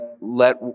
let